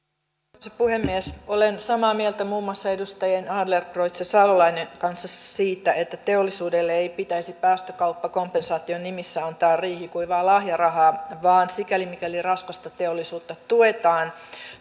arvoisa puhemies olen samaa mieltä muun muassa edustajien adlercreutz ja salolainen kanssa siitä että teollisuudelle ei pitäisi päästökauppakompensaation nimissä antaa riihikuivaa lahjarahaa vaan sikäli mikäli raskasta teollisuutta tuetaan